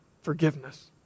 forgiveness